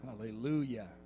Hallelujah